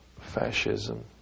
fascism